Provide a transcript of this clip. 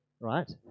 right